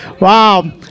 wow